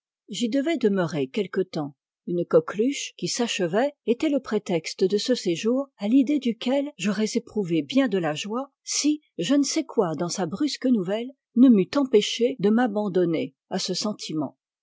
j'y devais demeurer quelque temps une coqueluche qui s'achevait était le prétexte de ce séjour à l'idée duquel j'aurais éprouvé bien de la joie si je ne sais quoi dans sa brusque nouvelle ne m'eût empêché de m'abandonner à ce sentiment